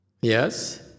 Yes